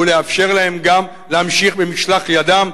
ולאפשר להם גם להמשיך במשלח ידם.